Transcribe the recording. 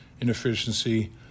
inefficiency